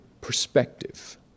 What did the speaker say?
Perspective